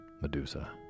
Medusa